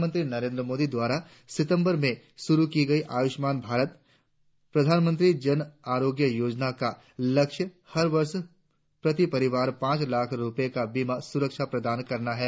प्रधानमंत्री नरेंद्र मोदी द्वारा सितंबर में शुरु की गई आयुष्मान भारत प्रधानमंत्री जन आरोग्य योजन आका लक्ष्य हर वर्ष प्रति परिवार पांच लाख रुपये का बीमा सुरक्षा प्रदान करना है